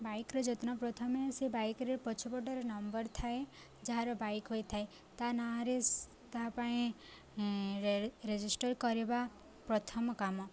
ବାଇକ୍ର ଯତ୍ନ ପ୍ରଥମେ ସେ ବାଇକ୍ରେ ପଛପଟରେ ନମ୍ବର ଥାଏ ଯାହାର ବାଇକ୍ ହୋଇଥାଏ ତା ନାଁରେ ତାହା ପାଇଁ ରେଜିଷ୍ଟର କରିବା ପ୍ରଥମ କାମ